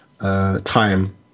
time